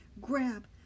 Grab